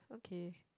okay